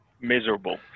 miserable